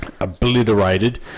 obliterated